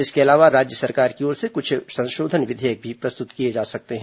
इसके अलावा राज्य सरकार की ओर से कुछ संशोधन विधेयक भी प्रस्तुत किए जा सकते हैं